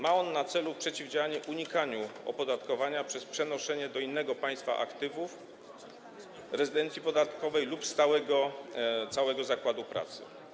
Ma on na celu przeciwdziałanie unikaniu opodatkowania przez przenoszenie do innego państwa aktywów, rezydencji podatkowej lub całego stałego zakładu pracy.